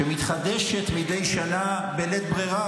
שמתחדשת מדי שנה בלית ברירה,